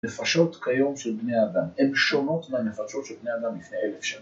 הפרשות כיום של בני אדם, הן שונות מהפרשות של בני אדם לפני אלף שנים.